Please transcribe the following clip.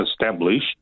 established